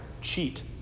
cheat